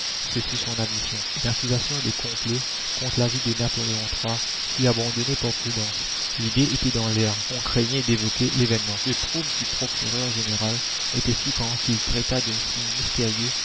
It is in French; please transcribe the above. ce fut son admission une accusation de complot contre la vie de napoléon iii fut abandonnée par prudence l'idée était dans l'air on craignait d'évoquer l'événement le trouble du procureur général était si grand qu'il traita de signes mystérieux